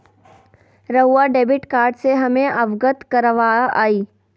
रहुआ debit card से हमें अवगत करवाआई?